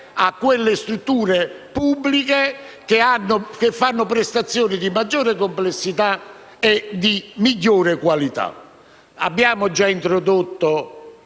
a quelle strutture pubbliche che erogano prestazioni di maggiore complessità e di migliore qualità. Abbiamo già introdotto,